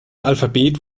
alphabet